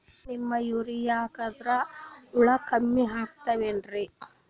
Neem urea ಹಾಕದ್ರ ಹುಳ ಕಮ್ಮಿ ಆಗತಾವೇನರಿ?